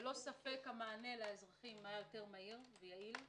ללא ספק המענה לאזרחים היה יותר מהיר ויעיל.